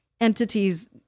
entities